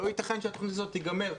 לא ייתכן שהתוכנית הזאת תיגמר.